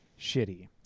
shitty